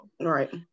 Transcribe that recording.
right